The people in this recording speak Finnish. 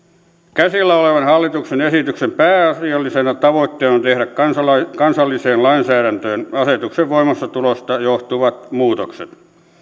käsillä olevan hallituksen esityksen pääasiallisena tavoitteena on tehdä kansalliseen lainsäädäntöön asetuksen voimaantulosta johtuvat muutokset